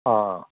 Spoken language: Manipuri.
ꯑꯥ